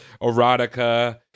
erotica